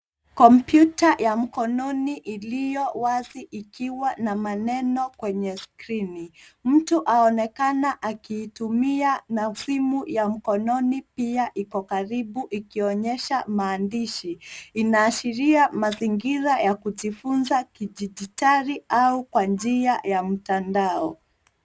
Kompyuta ya mkononi iliyo wazi ikiwa na maneno kwenye skrini. Mtu aonekana akiitumia na simu ya mkononi pia iko karibu ikionyesha maandishi. Inaashiria mazingira ya kujifunza kidijitali au kwa njia ya mtandao.